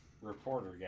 reporter